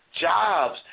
jobs